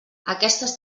aquestes